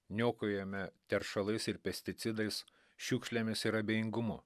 niokojame teršalais ir pesticidais šiukšlėmis ir abejingumu